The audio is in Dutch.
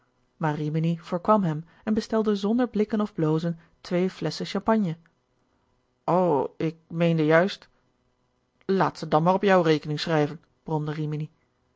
maar rimini voorkwam hem en bestelde zonder blikken of blozen twee flesschen champagne o ik meende juist laat ze dan maar op jouw rekening schrijven bromde riminie